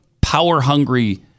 power-hungry